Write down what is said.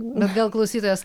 bet gal klausytojas